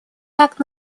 так